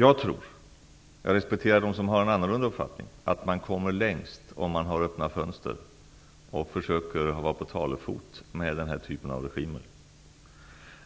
Jag respekterar dem som har en annan uppfattning, men jag tror att man kommer längst om man har öppna fönster och försöker vara på talefot med den här typen av regimer.